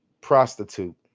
prostitute